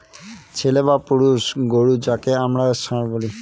ছেলে বা পুরুষ গোরু যাকে আমরা ষাঁড় বলি